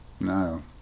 No